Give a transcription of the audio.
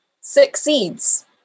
succeeds